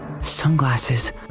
sunglasses